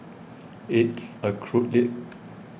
it's a cruel it